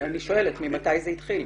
אני שואלת ממתי זה התחיל.